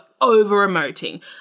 over-emoting